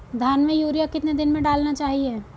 धान में यूरिया कितने दिन में डालना चाहिए?